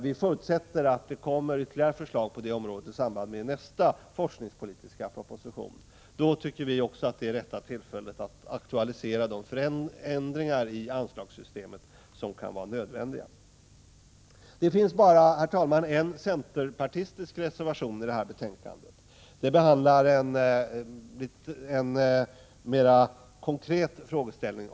Vi förutsätter att man kommer att lägga fram ytterligare förslag på detta område i samband med nästa forskningspolitiska proposition. Vi anser att denna tidpunkt är rätta tillfället att aktualisera de förändringar i anslagssystemet som kan vara nödvändiga. Herr talman! Det finns bara en centerreservation fogad till detta betänkande. Den behandlar en mera konkret frågeställning.